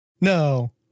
no